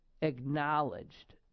acknowledged